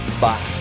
bye